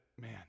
man